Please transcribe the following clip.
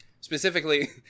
Specifically